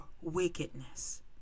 wickedness